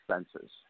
expenses